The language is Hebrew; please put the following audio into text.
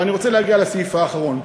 אבל אני רוצה להגיע לסעיף האחרון.